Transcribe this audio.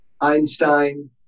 Einstein